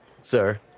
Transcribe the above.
Sir